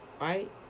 Right